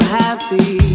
happy